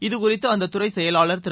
இது குறித்து அந்தத் துறை செயலாளர் திரு